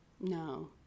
no